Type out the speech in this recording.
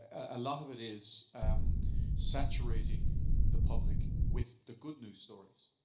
a lot of it is saturating the public with the good news stories,